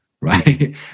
right